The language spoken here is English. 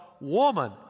woman